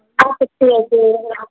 আচ্ছা ঠিক আছে এবারে রাখুন